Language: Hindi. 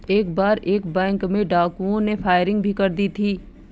एक बार एक बैंक में डाकुओं ने फायरिंग भी कर दी थी